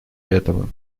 этого